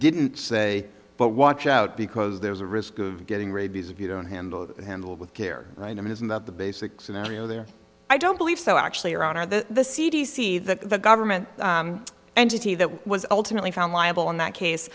didn't say but watch out because there's a risk of getting rabies if you don't handle it handle with care and i mean isn't that the basic scenario there i don't believe so actually around are the c d c that the government entity that was ultimately found liable in that case